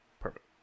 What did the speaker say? Perfect